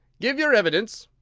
give your evidence,